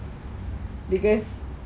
oh it's not I want to stay it's not that